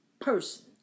person